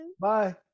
Bye